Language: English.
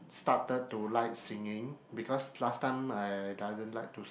started to like singing because last time I doesn't like to